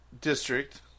district